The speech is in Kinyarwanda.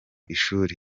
ishuri